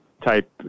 type